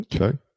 Okay